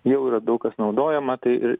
jau yra daug kas naudojama tai ir